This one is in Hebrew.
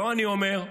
לא אני אומר,